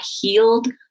healed